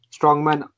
Strongman